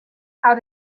how